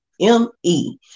M-E